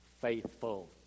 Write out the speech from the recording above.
faithful